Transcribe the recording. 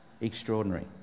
extraordinary